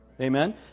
Amen